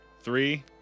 Three